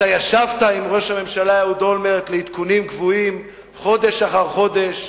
אתה ישבת עם ראש הממשלה אהוד אולמרט לעדכונים קבועים חודש אחר חודש,